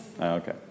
Okay